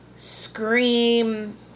Scream